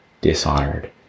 dishonored